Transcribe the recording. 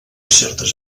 certes